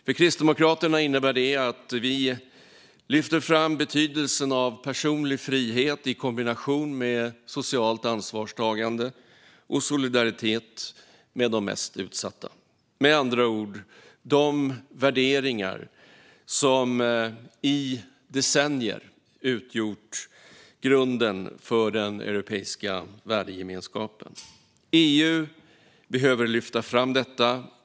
För Kristdemokraterna innebär det att vi lyfter fram betydelsen av personlig frihet i kombination med socialt ansvarstagande och solidaritet med de mest utsatta, med andra ord de värderingar som i decennier utgjort grunden för den europeiska värdegemenskapen. EU behöver lyfta fram detta.